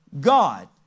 God